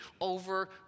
over